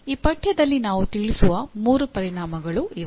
ಈ ಪಠ್ಯದಲ್ಲಿ ನಾವು ತಿಳಿಸುವ ಮೂರು ಪರಿಣಾಮಗಳು ಇವು